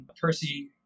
Percy